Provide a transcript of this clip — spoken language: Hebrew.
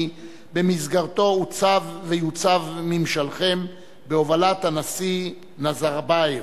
שבמסגרתו עוצב ויוצב ממשלכם בהובלת הנשיא נזרבייב.